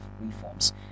reforms